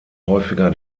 häufiger